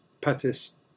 Pettis